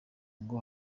ngo